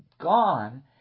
gone